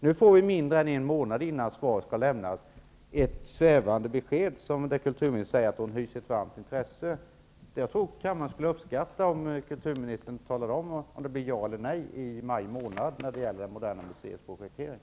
Vi får nu mindre än en månad innan svaret skall lämnas ett svävande besked, där kulturministern säger att hon hyser ett varmt intresse för frågan. Jag tror att kammarens ledamöter skulle uppskatta om kulturministern talade om huruvida det blir ja eller nej i maj månad till Moderna museets projektering.